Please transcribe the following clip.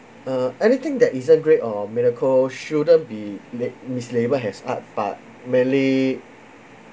uh anything that isn't great or miracle shouldn't be m~ mislabelled as art but mainly